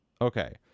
Okay